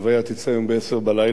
ההלוויה תצא היום ב-22:00.